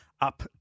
up